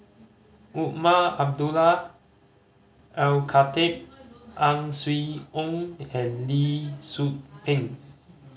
Umar Abdullah Al Khatib Ang Swee Aun and Lee Tzu Pheng